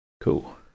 cool